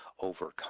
overcome